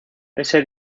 ese